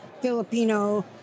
Filipino